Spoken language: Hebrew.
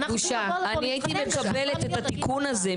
עולה --- אני הייתי מקבלת את התיקון הזה,